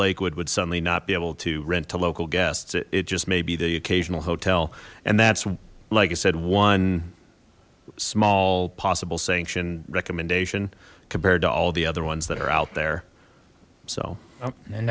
lakewood would suddenly not be able to rent to local guests it just may be the occasional hotel and that's like i said one small possible sanction recommendation compared to all the other ones that are out there so in